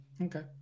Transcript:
Okay